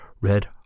red